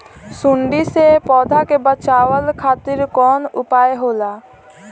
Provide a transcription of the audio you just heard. सुंडी से पौधा के बचावल खातिर कौन उपाय होला?